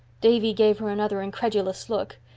davy gave her another incredulous look,